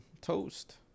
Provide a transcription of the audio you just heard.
toast